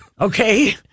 Okay